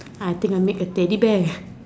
I think I make a Teddy bear